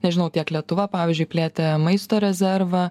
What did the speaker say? nežinau tiek lietuva pavyzdžiui plėtė maisto rezervą